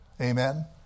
Amen